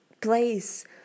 place